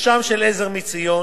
המרשם של "עזר מציון",